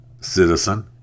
citizen